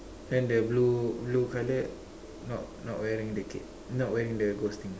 then the blue blue coloured not not wearing the cape not wearing the ghost thing